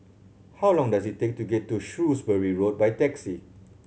how long does it take to get to Shrewsbury Road by taxi